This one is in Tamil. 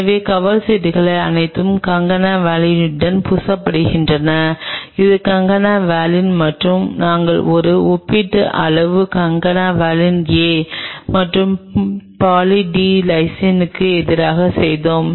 எனவே கவர் சீட்டுகள் அனைத்தும் கான்கனா வாலினுடன் பூசப்பட்டிருந்தன இது கான்கானா வாலின் மற்றும் நாங்கள் ஒரு ஒப்பீட்டு ஆய்வு கான்கானா வாலின் ஏ மற்றும் பாலி டி லைசினுக்கு எதிராக செய்தோம்